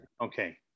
okay